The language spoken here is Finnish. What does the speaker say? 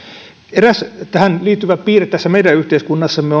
eräs tähän liittyvä piirre tässä meidän yhteiskunnassamme